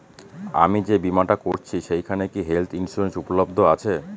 আমি যে বীমাটা করছি সেইখানে কি হেল্থ ইন্সুরেন্স উপলব্ধ আছে?